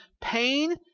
pain